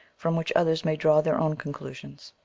from which others may draw their own conclusions.